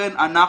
ולכן אנחנו,